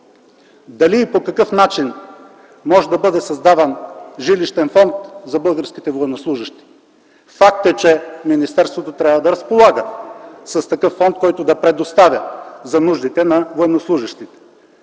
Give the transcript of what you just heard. дали и по какъв начин може да бъде създаван жилищен фонд за българските военнослужещи. Факт е, че министерството трябва да разполага с такъв фонд, който да предоставя за нуждите на военнослужещите.